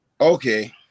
Okay